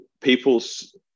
people's